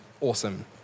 awesome